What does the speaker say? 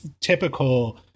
typical